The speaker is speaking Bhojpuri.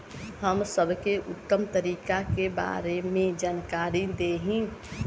हम सबके उत्तम तरीका के बारे में जानकारी देही?